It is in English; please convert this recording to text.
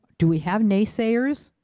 do we have naysayers?